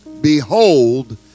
Behold